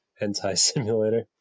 anti-simulator